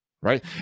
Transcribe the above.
right